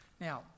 Now